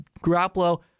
Garoppolo